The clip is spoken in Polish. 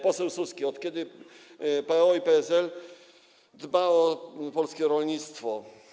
Poseł Suski: Od kiedy PO i PSL dbają o polskie rolnictwo?